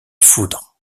foudre